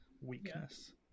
weakness